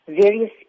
Various